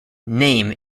name